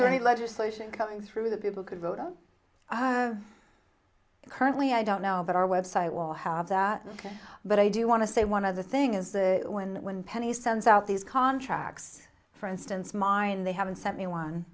there any legislation coming through that people could vote on currently i don't know that our website will have that but i do want to say one other thing is the when when pennie sends out these contracts for instance mine they haven't sent me one